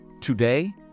Today